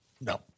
No